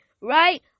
right